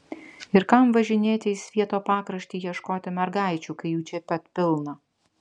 ir kam važinėti į svieto pakraštį ieškoti mergaičių kai jų čia pat pilna